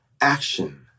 action